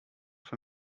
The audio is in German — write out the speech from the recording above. für